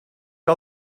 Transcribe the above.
que